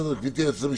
גברתי, היועצת המשפטית?